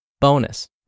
Bonus